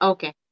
Okay